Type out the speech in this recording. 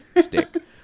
stick